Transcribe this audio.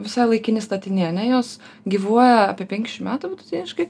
visai laikini statiniai ane jos gyvuoja apie penkiasdešim metų vidutiniškai